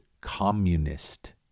communist